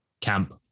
Camp